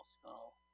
skull